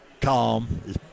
calm